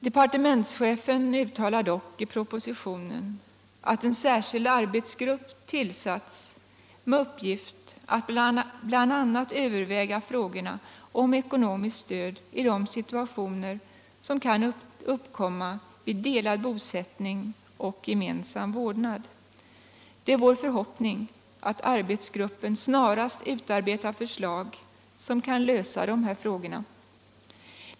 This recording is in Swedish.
Departementschefen uttalar dock i propositionen att en särskild arbetsgrupp tillsatts, med uppgift att bl.a. överväga frågorna om ekonomiskt stöd i de situationer som kan uppkomma vid delad bosättning och gemensam vårdnad. Det är vår förhoppning att arbetsgruppen snarast utarbetar förslag som kan lösa de här frågorna.